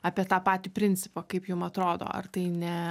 apie tą patį principą kaip jum atrodo ar tai ne